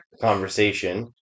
conversation